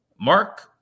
Mark